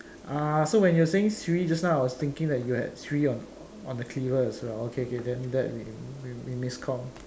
ah so when you're saying three just now I was thinking that you had three on the cleaver as well okay K then that we we miscomm